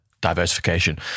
diversification